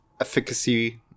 efficacy